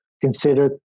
consider